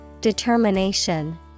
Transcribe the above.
Determination